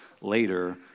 later